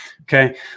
okay